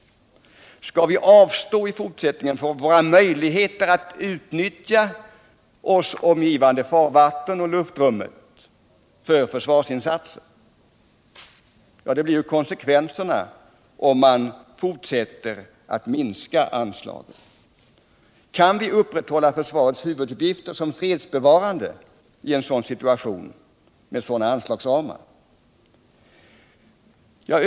Skall vi i fortsättningen avstå från våra möjligheter att utnyttja oss omgivande farvatten och luftrummet för försvarsinsatser? Det blir ju Kan vi upprätthålla försvarets huvuduppgifter som fredsbevarande i. en Onsdagen den sådan situation med sådana anslagsramar?